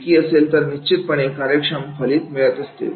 एकी असेल तर निश्चितपणे कार्यक्षम फलित मिळत असते